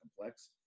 complex